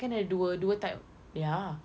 kan ada dua dua type ya